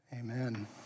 Amen